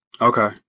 Okay